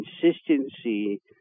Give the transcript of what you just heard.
consistency